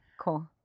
cool